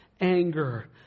anger